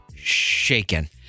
Shaken